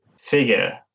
figure